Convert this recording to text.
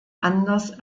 anders